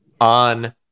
on